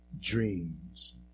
dreams